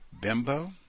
Bimbo